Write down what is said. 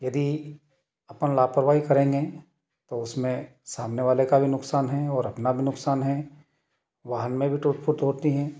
यदि अपन लापरवाही करेंगे तो उस में सामने वाले का भी नुक़सान है और अपना भी नुक़सान है वाहन में भी टूट फूट होती है